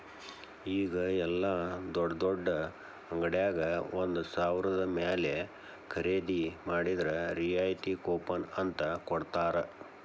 ಈಗ ಯೆಲ್ಲಾ ದೊಡ್ಡ್ ದೊಡ್ಡ ಅಂಗಡ್ಯಾಗ ಒಂದ ಸಾವ್ರದ ಮ್ಯಾಲೆ ಖರೇದಿ ಮಾಡಿದ್ರ ರಿಯಾಯಿತಿ ಕೂಪನ್ ಅಂತ್ ಕೊಡ್ತಾರ